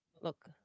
Look